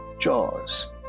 Jaws